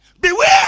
Beware